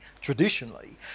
traditionally